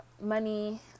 money